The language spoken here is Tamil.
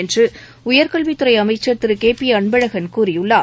என்று உயர் கல்வித் துறை அமைச்சர் திரு கே பி அன்பழகன் கூறியுள்ளார்